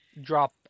Drop